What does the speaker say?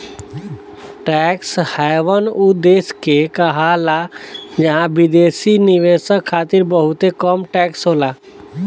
tax haven उ देश के कहाला जहां विदेशी निवेशक खातिर बहुते कम टैक्स होला